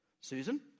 Susan